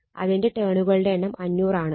അതിന്റെ ടേണുകളുടെ എണ്ണം 500 ആണ്